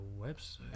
website